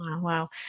Wow